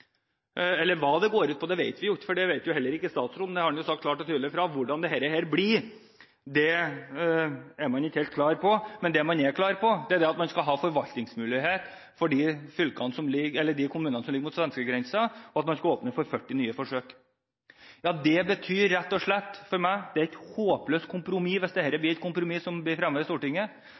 Eller hva det går ut på, vet vi ikke, for det vet jo heller ikke statsråden. Han har sagt klart og tydelig fra at hvordan dette blir, er man ikke helt klar på, men det man er klar på, er at man skal ha forvaltningsmulighet i de kommunene som ligger mot svenskegrensen, og at man skal åpne for 40 nye forsøk. Ja, det betyr – rett og slett – for meg et håpløst kompromiss, hvis dette blir fremmet i Stortinget. Det betyr at man forskjellsbehandler kommuner i